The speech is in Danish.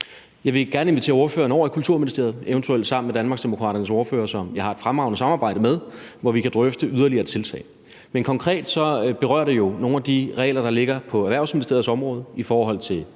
Jeg vil gerne invitere spørgeren over i Kulturministeriet, eventuelt sammen med Danmarksdemokraternes ordfører, som jeg har et fremragende samarbejde med, hvor vi kan drøfte yderligere tiltag. Konkret berører det jo nogle af de regler, der ligger på Erhvervsministeriets område, i forhold til